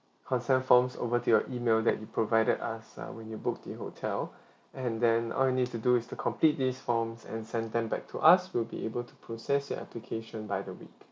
consent forms over to your email that you provided (us) uh when you book the hotel and then all you need to do is to complete this forms and send them back to us we'll be able to process your application by the week